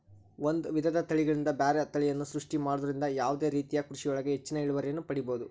ಒಂದ್ ವಿಧದ ತಳಿಗಳಿಂದ ಬ್ಯಾರೆ ತಳಿಯನ್ನ ಸೃಷ್ಟಿ ಮಾಡೋದ್ರಿಂದ ಯಾವದೇ ರೇತಿಯ ಕೃಷಿಯೊಳಗ ಹೆಚ್ಚಿನ ಇಳುವರಿಯನ್ನ ಪಡೇಬೋದು